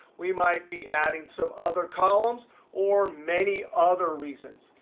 we might be adding some other columns or many other reasons.